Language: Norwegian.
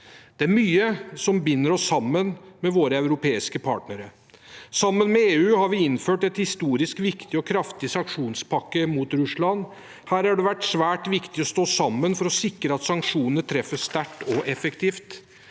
Det er mye som binder oss sammen med våre europeiske partnere. Sammen med EU har vi innført en historisk viktig og kraftig sanksjonspakke mot Russland. Her har det vært svært viktig å stå sammen for å sikre at sanksjonene treffer sterkt og effektivt.